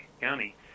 County